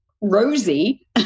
Rosie